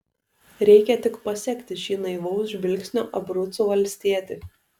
reikia tik pasekti šį naivaus žvilgsnio abrucų valstietį